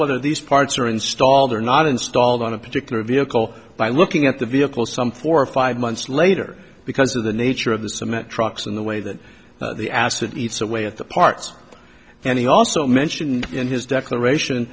whether these parts are installed or not installed on a particular vehicle by looking at the vehicle some four or five months later because of the nature of the cement trucks and the way that the acid eats away at the parts and he also mentioned in his declaration